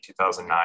2009